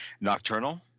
nocturnal